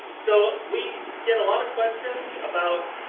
so, we get a lot of questions about